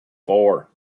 four